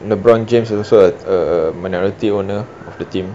lebron james also at ugh minority owner of the team